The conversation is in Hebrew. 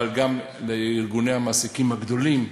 אבל גם לארגוני המעסיקים הגדולים,